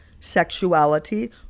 sexuality